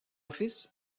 fils